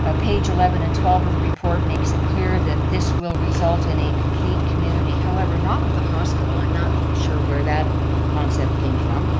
ah page eleven and twelve of the report makes it clear that this will result in a complete community, however, not with the hospital, i'm not sure where that concept came from